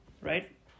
right